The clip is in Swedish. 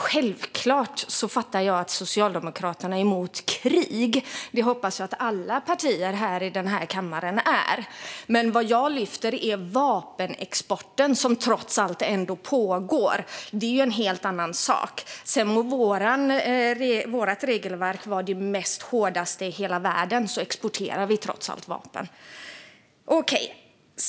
Självklart fattar jag att Socialdemokraterna är emot krig - det hoppas jag att alla partier i den här kammaren är - men det jag lyfter är vapenexporten, som trots allt pågår. Det är en helt annan sak. Vårt regelverk må vara det hårdaste i hela världen, men vi exporterar trots allt vapen.